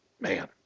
man